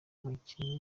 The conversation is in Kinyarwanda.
cy’umukinnyi